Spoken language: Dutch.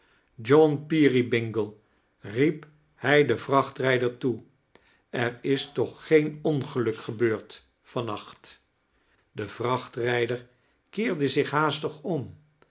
john peerybingle riep hij den vrachtrijder toe er is toch geen ongeluk gebeurd van nacht de vrachtrijder keerde zich haastig om